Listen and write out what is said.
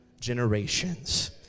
generations